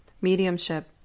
mediumship